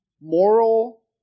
moral